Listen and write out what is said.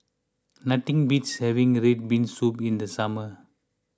nothing beats having Red Bean Soup in the summer